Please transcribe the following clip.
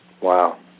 Wow